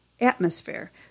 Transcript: atmosphere